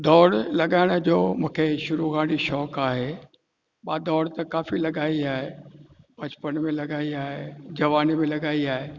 दौड़ लॻाइण जो मूंखे शुरु खां वठी शौक़ु आहे मां दौड़ त काफ़ी लॻाई आहे बचपन में लॻाई आहे जवानी में लॻाई आहे